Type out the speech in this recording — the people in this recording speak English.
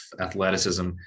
athleticism